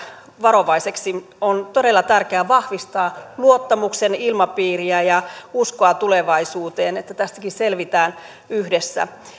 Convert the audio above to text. varovaisiksi on todella tärkeää vahvistaa luottamuksen ilmapiiriä ja uskoa tulevaisuuteen että tästäkin selvitään yhdessä